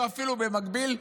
או אפילו במקביל,